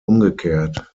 umgekehrt